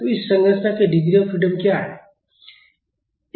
तो इस संरचना की डिग्री ऑफ फ्रीडम क्या है